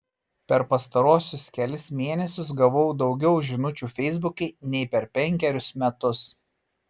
per pastaruosius kelis mėnesius gavau daugiau žinučių feisbuke nei per penkerius metus